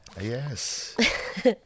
Yes